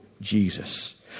Jesus